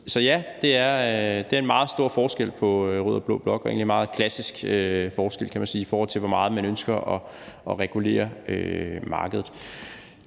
Så ja, det er en meget stor forskel på rød og blå blok og egentlig en meget klassisk forskel, kan man sige, i forhold til hvor meget man ønsker at regulere markedet.